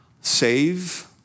Save